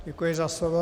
Děkuji za slovo.